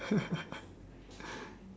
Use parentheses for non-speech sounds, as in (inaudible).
(laughs)